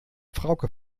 frauke